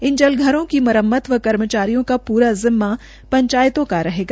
इन जलघरों की मुरम्मत व कर्मचारियों का पूरा जिम्मा पंचायतों का रहेगा